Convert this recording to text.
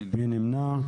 מי נמנע?